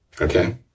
Okay